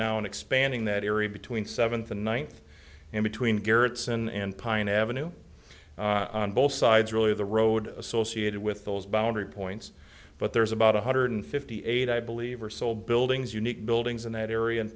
now and expanding that area between seventh and ninth and between gerritsen and pine avenue on both sides really the road associated with those boundary points but there's about one hundred fifty eight i believe are sold buildings unique buildings in that area and